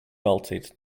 melted